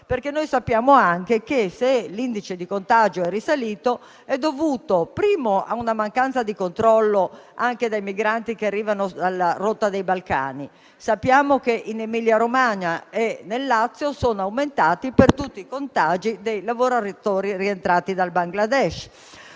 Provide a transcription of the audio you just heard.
perché noi sappiamo anche che la risalita dell'indice di contagio è dovuta in primo luogo a una mancanza di controllo anche dei migranti che arrivano dalla rotta dei Balcani: sappiamo che in Emilia-Romagna e nel Lazio sono aumentati per tutti i contagi dei lavoratori rientrati dal Bangladesh.